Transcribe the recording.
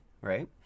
right